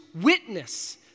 witness